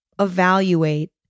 evaluate